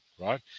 right